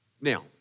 Now